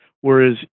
Whereas